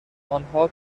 آنها